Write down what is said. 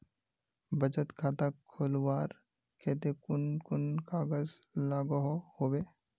बचत खाता खोलवार केते कुन कुन कागज लागोहो होबे?